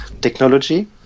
technology